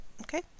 Okay